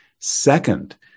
Second